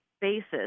basis